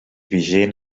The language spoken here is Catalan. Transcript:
vigent